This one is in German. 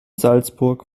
salzburg